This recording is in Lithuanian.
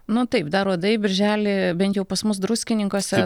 nu taip dar uodai birželį bent jau pas mus druskininkuose